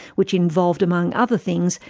which involved among other things,